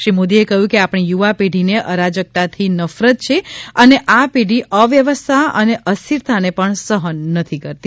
શ્રી મોદી કહ્યું કે આપણી યુવાપેઢીને અરાજકતાથી નફરત છે અને આ પેઢી અવ્યવસ્થા અને અસ્થિરતાને પણ સહન નથી કરતી